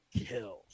kills